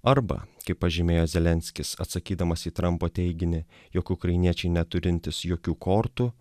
arba kaip pažymėjo zelenskis atsakydamas į trampo teiginį jog ukrainiečiai neturintys jokių kortų